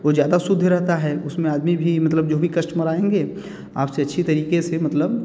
वो ज़्यादा शुद्ध भी रहता है उसमें आदमी भी मतलब जो भी कस्टमर आएंगे आप से अच्छे तरीक़े से मतलब